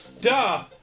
Duh